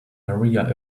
maria